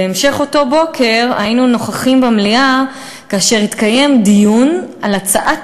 בהמשך אותו בוקר נכחנו במליאה כאשר התקיים דיון על הצעת